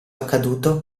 accaduto